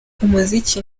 umuziki